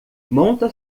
monta